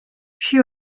she